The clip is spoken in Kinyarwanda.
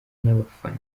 n’abafana